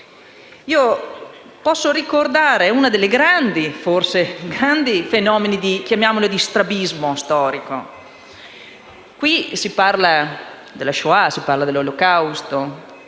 posso ricordare uno dei grandi fenomeni di strabismo storico. Nel testo si parla della Shoah, dell'Olocausto,